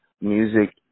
music